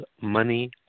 money